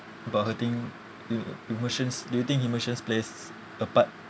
about hurting e~ emotions do you think emotions plays a part